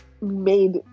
made